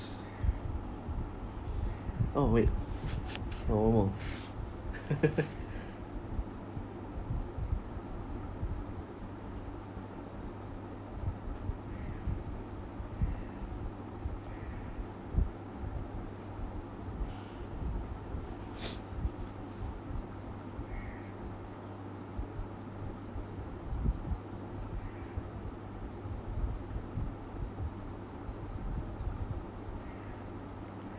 oh wait oh one more